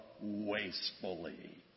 wastefully